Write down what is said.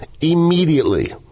immediately